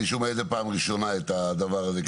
אני שומע פעם ראשונה את הדבר הזה,